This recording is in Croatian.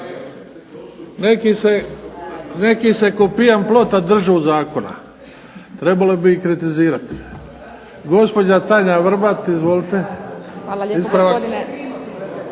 Neki se ko pijan plota drže zakona. Trebalo bi ih kritizirati. Gospođa Tanja Vrbat, izvolite.